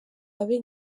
abe